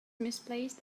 misplaced